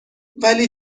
ولی